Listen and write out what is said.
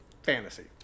fantasy